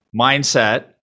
mindset